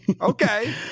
Okay